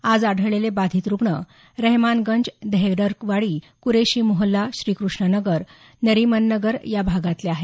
आज आढळलेले बाधित रुग्ण रहेमानगंज देहेडकरवाडी कुरेशी मोहल्ला श्रीकृष्णनगर नरिमन नगर या भागातले आहेत